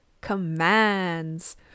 commands